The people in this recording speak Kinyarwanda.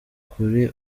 kuri